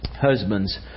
...husbands